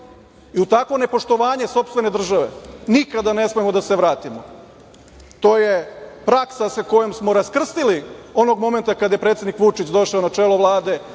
i u takvo nepoštovanje sopstvene države nikada ne smemo da se vratimo. To je praksa sa kojom smo raskrstili onog momenta kada je predsednik Vučić došao na čelo Vlade